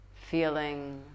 Feeling